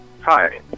Hi